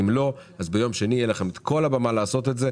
ואם לא ביום שני תהיה לכם את כל הבמה לעשות זאת.